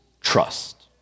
trust